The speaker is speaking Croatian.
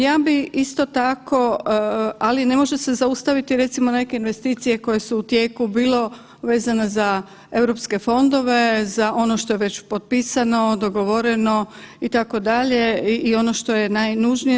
Ja bi isto tako, ali ne može se zaustaviti recimo neke investicije koje su u tijeku, bilo vezano za Europske fondove, za ono što je već potpisano, dogovoreno itd., i ono što je najnužnije.